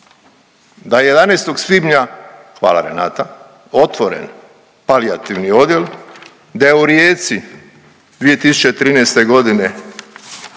da je 11. svibnja, hvala Renata, otvoren palijativni odjel, da je u Rijeci 2013.g.,